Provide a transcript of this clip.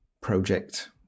project